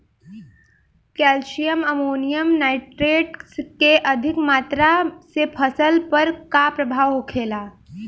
Calcium ammonium nitrate के अधिक मात्रा से फसल पर का प्रभाव होखेला?